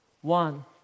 One